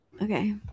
Okay